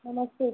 नमस्ते